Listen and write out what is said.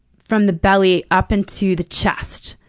from the belly up into the chest.